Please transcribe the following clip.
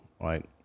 right